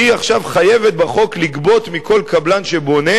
היא עכשיו חייבת, בחוק, לגבות מכל קבלן שבונה,